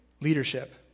leadership